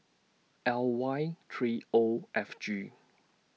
L Y three O F G